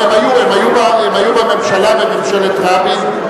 הם היו בממשלה בממשלת רבין.